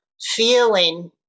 feeling